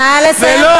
נא לסיים.